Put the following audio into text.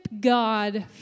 God